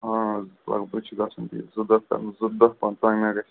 آ لگ بگ چھِ گژھان یہِ زٕ دۄہ زٕ دۄہ تام ما گژھِ